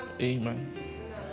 Amen